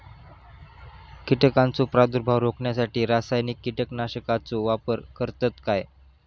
कीटकांचो प्रादुर्भाव रोखण्यासाठी रासायनिक कीटकनाशकाचो वापर करतत काय?